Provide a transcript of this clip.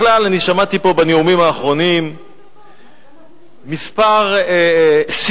בכלל, אני שמעתי פה בנאומים האחרונים כמה ססמאות